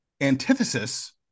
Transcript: antithesis